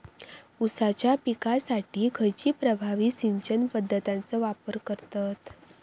ऊसाच्या पिकासाठी खैयची प्रभावी सिंचन पद्धताचो वापर करतत?